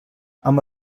amb